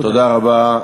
תודה רבה.